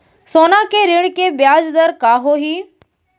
सोना के ऋण के ब्याज दर का होही?